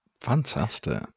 Fantastic